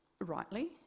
rightly